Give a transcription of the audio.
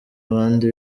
abandi